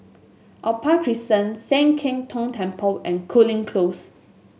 Opal Crescent Sian Keng Tong Temple and Cooling Close